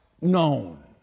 known